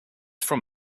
from